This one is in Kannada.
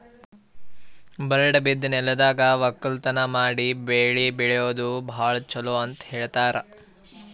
ಬರಡ್ ಬಿದ್ದ ನೆಲ್ದಾಗ ವಕ್ಕಲತನ್ ಮಾಡಿ ಬೆಳಿ ಬೆಳ್ಯಾದು ಭಾಳ್ ಚೊಲೋ ಅಂತ ಹೇಳ್ತಾರ್